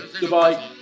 Goodbye